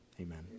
Amen